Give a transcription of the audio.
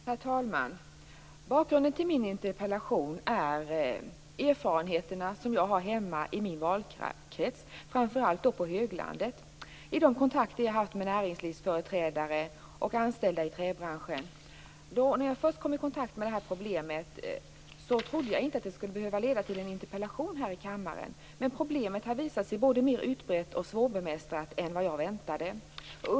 Herr talman! Bakgrunden till min interpellation är de erfarenheter som jag har fått hemma i min valkrets, framför allt då på höglandet, när jag varit i kontakt med näringslivsföreträdare och anställda i träbranschen. När jag först kom i kontakt med det här problemet trodde jag inte att ett skulle behöva leda till en interpellation här i kammaren. Men problemet har visat sig vara både mer utbrett och svårbemästrat än jag hade väntat mig.